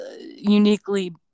uniquely